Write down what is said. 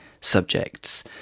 subjects